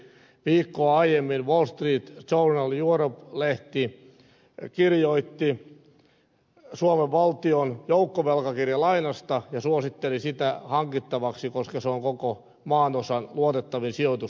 viikkoa aiemmin wall street journal europe lehti kirjoitti suomen valtion joukkovelkakirjalainasta ja suositteli sitä hankittavaksi koska se on koko maanosan luotettavin sijoituskohde